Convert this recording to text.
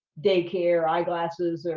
daycare, eyeglasses.